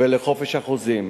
ולחופש החוזים.